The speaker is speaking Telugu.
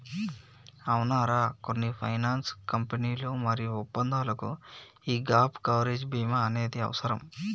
అవునరా కొన్ని ఫైనాన్స్ కంపెనీలు మరియు ఒప్పందాలకు యీ గాప్ కవరేజ్ భీమా అనేది అవసరం